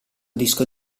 disco